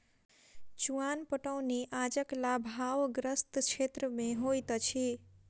चुआन पटौनी जलक आभावग्रस्त क्षेत्र मे होइत अछि